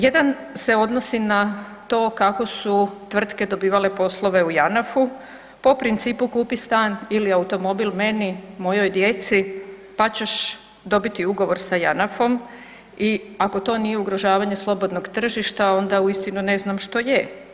Jedan se odnosi na to kako su tvrtke dobivale poslove u JANAF-u, po principu kupi stan ili automobil meni, mojoj djeci, pa ćeš dobit ugovor sa JANAF-om i ako to nije ugrožavanje slobodnog tržišta, onda uistinu ne znam što je.